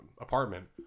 apartment